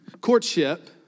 Courtship